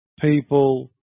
people